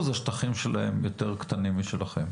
השטחים שלהם יותר קטנים משלכם.